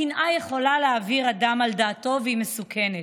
הקנאה יכולה להעביר אדם על דעתו, והיא מסוכנת.